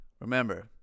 Remember